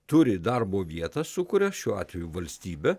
turi darbo vietą sukuria šiuo atveju valstybė